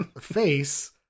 face